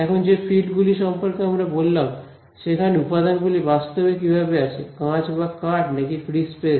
এখন যে ফিল্ড গুলি সম্পর্কে আমরা বললাম সেখানে উপাদানগুলি বাস্তবে কিভাবে আসে কাঁচ বা কাঠ নাকি ফ্রি স্পেস